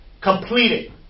Completed